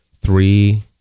three